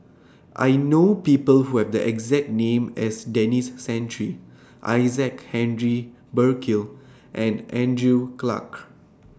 I know People Who Have The exact name as Denis Santry Isaac Henry Burkill and Andrew Clarke